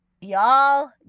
y'all